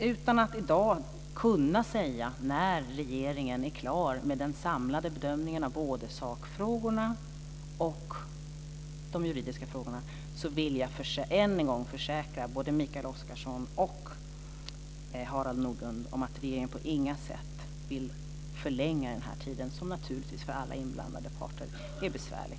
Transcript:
Utan att i dag kunna säga när regeringen är klar med den samlade bedömningen av både sakfrågorna och de juridiska frågorna vill jag än en gång försäkra, både Mikael Oscarsson och Harald Nordlund, om att regeringen på inga sätt vill förlänga tiden som för alla inblandade parter är besvärlig.